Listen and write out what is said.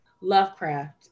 Lovecraft